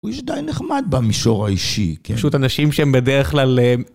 הוא איש די נחמד במישור האישי. פשוט אנשים שהם בדרך כלל...